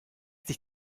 dich